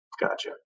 Gotcha